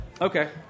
Okay